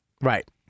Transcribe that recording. Right